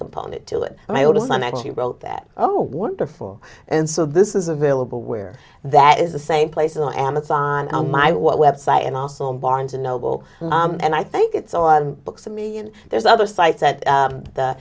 component to it and my oldest son actually wrote that oh wonderful and so this is available where that is the same place in the amazon on my website and also on barnes and noble and i think it's all on books for me and there's other sites at